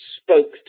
spoke